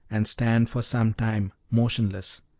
and stand for some time motionless,